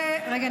רגע,